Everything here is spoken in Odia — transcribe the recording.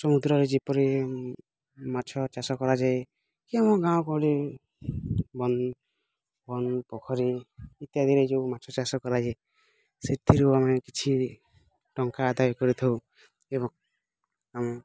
ସମୁଦ୍ରରେ ଯେପରି ମାଛ ଚାଷ କରାଯାଏ କି ଆମ ଗାଁ ଗହଳି ପୋଖରୀ ଇତ୍ୟାଦିରେ ଯେଉଁ ମାଛ ଚାଷ କରାଯାଏ ସେଥିରୁ ଆମେ କିଛି ଟଙ୍କା ଆଦାୟ କରିଥାଉ ଏବଂ ଆମେ